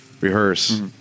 rehearse